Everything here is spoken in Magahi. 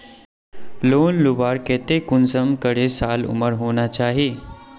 लोन लुबार केते कुंसम करे साल उमर होना चही?